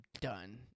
done